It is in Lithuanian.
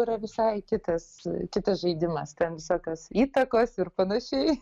yra visai kitas kitas žaidimas ten visokios įtakos ir panašiai